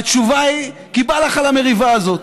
והתשובה היא: כי בא לך על המריבה הזאת.